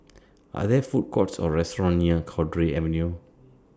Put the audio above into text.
Are There Food Courts Or restaurants near Cowdray Avenue